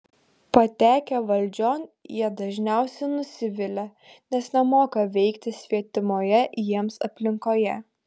patekę valdžion jie dažniausiai nusivilia nes nemoka veikti svetimoje jiems aplinkoje